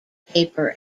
paper